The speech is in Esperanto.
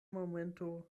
momento